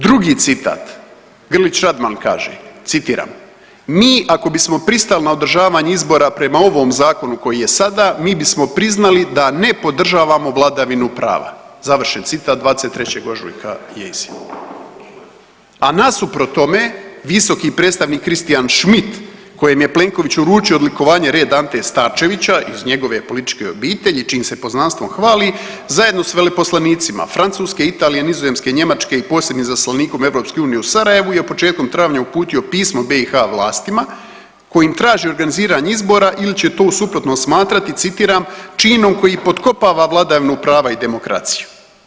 Drugi citat, Grlić Radman kaže, citiram, mi ako bismo pristali na održavanje izbora prema ovom zakonu koji je sada mi bismo priznali da ne podržavamo vladavinu prava, završen citat, 23. ožujka je … [[Govornik se ne razumije]] , a nasuprot tome visoki predstavnik Christian Schmidt kojem je Plenković uručio odlikovanje Red Ante Starčevića iz njegove političke obitelji čijim se poznanstvom hvali zajedno s veleposlanicima Francuske, Italije, Nizozemske, Njemačke i posebnim izaslanikom EU u Sarajevu je početkom travnja uputio pismo BiH vlastima kojim traži organiziranje izbora ili će to u suprotnom smatrati, citiram, činom koji potkopava vladavinu prava i demokraciju.